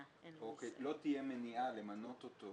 לא תהיה מניעה למנות אותו